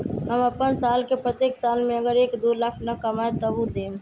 हम अपन साल के प्रत्येक साल मे अगर एक, दो लाख न कमाये तवु देम?